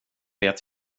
vet